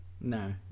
No